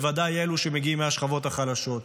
בוודאי אלו שמגיעים מהשכבות החלשות.